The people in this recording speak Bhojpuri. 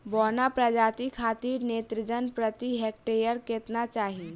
बौना प्रजाति खातिर नेत्रजन प्रति हेक्टेयर केतना चाही?